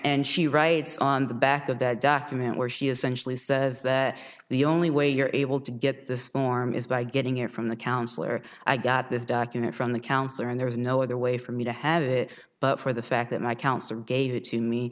and she writes on the back of that document where she essentially says that the only way you're able to get this form is by getting it from the counselor i got this document from the counselor and there is no other way for me to have it but for the fact that my counselor gave it to me